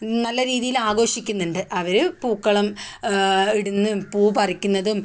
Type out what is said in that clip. നല്ല രീതിയിൽ ആഘോഷിക്കുന്നുണ്ട് അവർ പൂക്കളം ഇടുന്നും പൂ പറിക്കുന്നതും